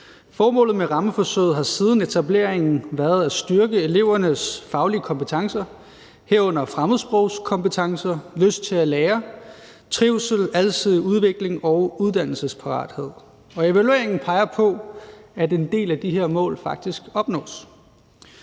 Formålet med rammeforsøget har siden etableringen været at styrke elevernes faglige kompetencer, herunder fremmedsprogskompetencer, og deres lyst til at lære samt at styrke trivsel, alsidig udvikling og uddannelsesparathed, og evalueringen peger på, at en del af de her mål faktisk opnås.